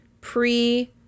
pre